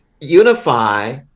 unify